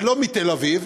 ולא מתל-אביב.